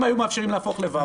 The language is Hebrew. אם היו מאפשרים להפוך ל-ו',